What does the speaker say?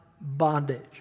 bondage